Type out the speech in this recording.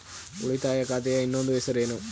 ಉಳಿತಾಯ ಖಾತೆಯ ಇನ್ನೊಂದು ಹೆಸರೇನು?